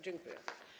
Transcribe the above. Dziękuję.